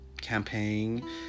campaign